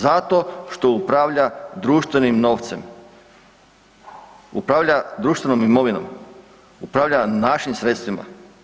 Zato što upravlja društvenim novcem, upravlja društvenom imovinom, upravlja našim sredstvima.